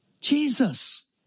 Jesus